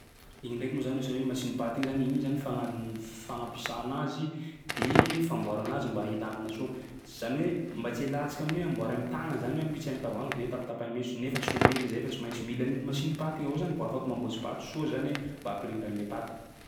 Igny ndraiky moa zany zao hoe machine paty igny zany, igny zany fagnan- fagnapisahana azy de famboara anazy mba hilamina soa. Zany hoe mba tsy hialantsika amin'ny hoe amboary am'tagna zany hoe apitsy am'tavoahangy de tapatapahy meso nefa tsy ho mety izay fa tsy maintsy mila an'igny machine paty igny avao zany vao afaky mamboatsy paty soa zany e mba hampirindra an'le paty.